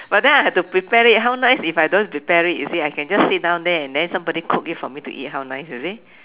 but then I have to prepare it how nice if I don't have to prepare it you see I can just sit down there and then somebody cook it for me to eat how nice you see